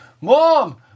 Mom